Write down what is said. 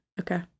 okay